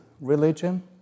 religion